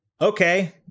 Okay